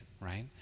right